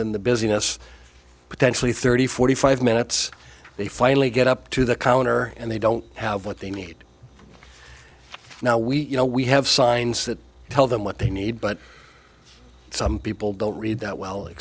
in the business potentially thirty forty five minutes they finally get up to the counter and they don't have what they need now we you know we have signs that tell them what they need but some people don't read that well e